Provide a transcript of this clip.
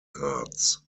arts